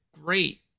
great